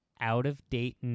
out-of-date